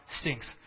stinks